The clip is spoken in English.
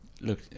Look